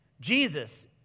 Jesus